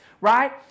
right